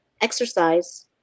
exercise